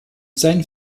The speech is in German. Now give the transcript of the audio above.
seinen